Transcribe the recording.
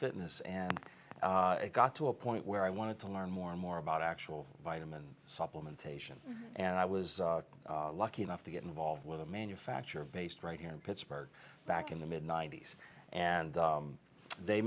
fitness and it got to a point where i wanted to learn more and more about actual vitamin supplements and i was lucky enough to get involved with a manufacturer based right here in pittsburgh back in the mid ninety's and they